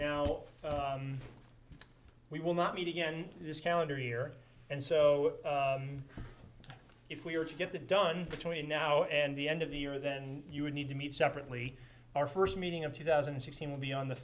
now we will not meet again this calendar year and so if we were to get that done between now and the end of the year then you would need to meet separately our first meeting of two thousand and sixteen would be